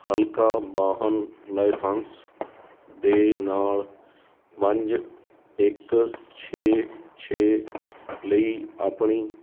ਹਲਕਾ ਵਾਹਨ ਲਾਇਸੰਸ ਦੇ ਨਾਲ ਪੰਜ ਇੱਕ ਛੇ ਛੇ ਲਈ ਆਪਣੀ